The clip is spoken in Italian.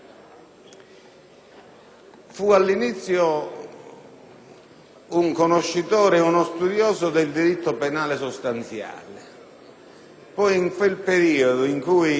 Fu all'inizio un conoscitore e uno studioso del diritto penale sostanziale. Poi, in un periodo in cui